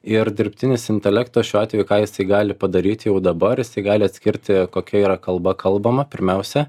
ir dirbtinis intelektas šiuo atveju ką jisai gali padaryti jau dabarjisai gali atskirti kokia yra kalba kalbama pirmiausia